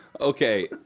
Okay